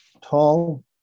tall